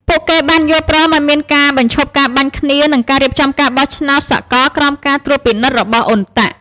ពួកគេបានយល់ព្រមឱ្យមានការបញ្ឈប់ការបាញ់គ្នា និងការរៀបចំការបោះឆ្នោតសកលក្រោមការត្រួតពិនិត្យរបស់អ៊ុនតាក់ (UNTAC)។